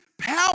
power